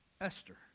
Esther